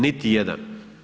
Niti jedan.